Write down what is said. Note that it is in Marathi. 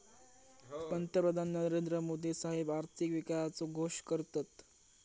पंतप्रधान नरेंद्र मोदी साहेब आर्थिक विकासाचो घोष करतत